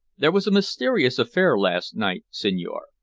there was a mysterious affair last night, signore.